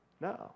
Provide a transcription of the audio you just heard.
No